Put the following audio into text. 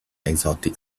exotic